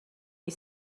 you